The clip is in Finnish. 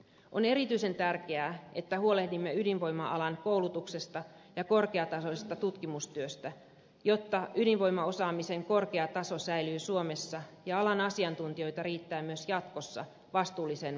on erityisen tärkeää että huolehdimme ydinvoima alan koulutuksesta ja korkeatasoisesta tutkimustyöstä jotta ydinvoimaosaamisen korkea taso säilyy suomessa ja alan asiantuntijoita riittää myös jatkossa vastuulliseen valvontaan